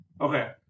Okay